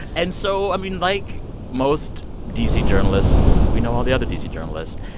and so, i mean, like most d c. journalists, we know all the other d c. journalists.